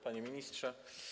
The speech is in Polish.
Panie Ministrze!